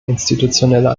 institutionelle